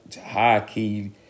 high-key